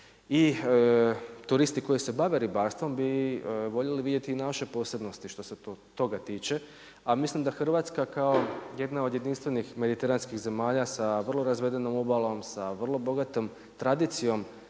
i turisti koji se bave ribarstvom bi voljeli vidjeti naše posebnosti što se toga tiče. A mislim da Hrvatska kao jedna od jedinstvenih mediteranskih zemalja sa vrlo razvedenom obalom, sa vrlo bogatom tradicijom